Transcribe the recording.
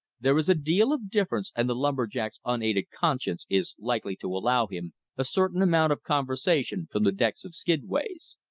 there is a deal of difference, and the lumber-jack's unaided conscience is likely to allow him a certain amount of conversation from the decks of skidways.